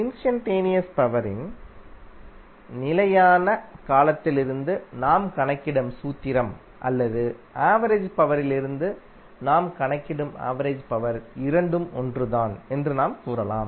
instantaneous பவரின் instantaneous பவரின் நிலையான காலத்திலிருந்து நாம் கணக்கிடும் சூத்திரம் அல்லது ஆவரேஜ் பவரிலிருந்து நாம் கணக்கிடும் ஆவரேஜ் பவர் இரண்டும் ஒன்றுதான் என்று நாம் கூறலாம்